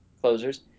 closers